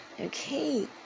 Okay